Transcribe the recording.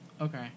Okay